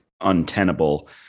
untenable